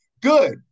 Good